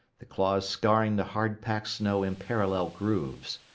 the claws scarring the hard-packed snow in parallel grooves.